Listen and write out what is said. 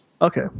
Okay